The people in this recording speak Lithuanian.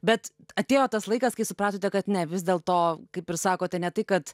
bet atėjo tas laikas kai supratote kad ne vis dėl to kaip ir sakote ne tai kad